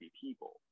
people